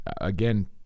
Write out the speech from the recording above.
again